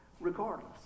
regardless